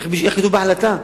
איך כתוב בהחלטה?